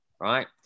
right